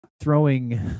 throwing